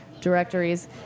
directories